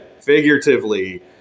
figuratively